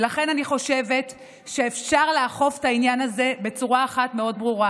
לכן אני חושבת שאפשר לאכוף את העניין הזה בצורה אחת מאוד ברורה: